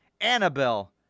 Annabelle